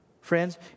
Friends